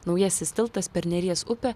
naujasis tiltas per neries upę